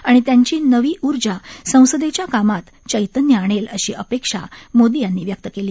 आणि त्यांची नवी उर्जा संसदेच्या कामात चैतन्य आणेल अशी अपेक्षा मोदी यांनी व्यक्त केली